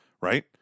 right